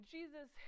Jesus